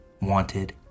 wanted